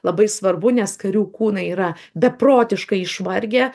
labai svarbu nes karių kūnai yra beprotiškai išvargę